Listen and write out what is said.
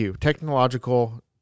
Technological